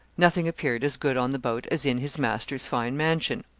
nothing appeared as good on the boat as in his master's fine mansion.